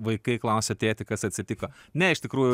vaikai klausia tėti kas atsitiko ne iš tikrųjų